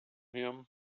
him